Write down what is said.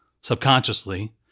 subconsciously